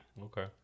Okay